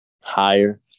higher